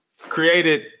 created